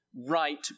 right